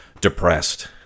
depressed